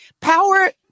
Power